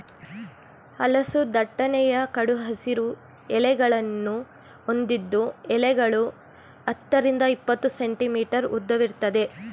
ಹಲಸು ದಟ್ಟನೆಯ ಕಡು ಹಸಿರು ಎಲೆಗಳನ್ನು ಹೊಂದಿದ್ದು ಎಲೆಗಳು ಹತ್ತರಿಂದ ಇಪ್ಪತ್ತು ಸೆಂಟಿಮೀಟರ್ ಉದ್ದವಿರ್ತದೆ